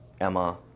Emma